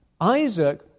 Isaac